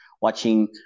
watching